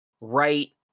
right